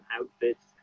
outfits